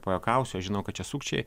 pajuokausiu aš žinau kad čia sukčiai